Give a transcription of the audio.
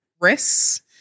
risks